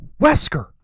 Wesker